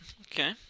Okay